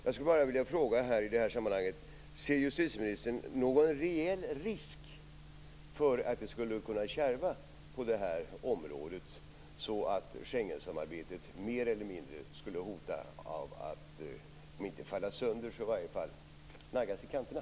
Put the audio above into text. Jag skulle vilja fråga: Ser justitieministern någon reell risk för att det skulle kunna kärva på det här området så att Schengensamarbetet, mer eller mindre, skulle hota att om inte falla sönder så åtminstone naggas i kanterna?